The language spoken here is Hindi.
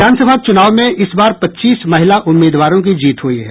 विधानसभा चूनाव में इस बार पच्चीस महिला उम्मीदवारों की जीत हुई है